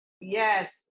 yes